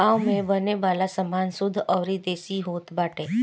गांव में बने वाला सामान शुद्ध अउरी देसी होत बाटे